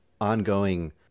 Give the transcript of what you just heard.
ongoing